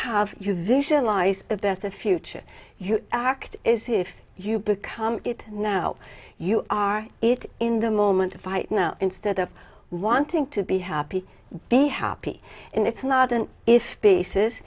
have you visualize of that the future you act is if you become it now you are it in the moment to fight now instead of wanting to be happy be happy in it's not an if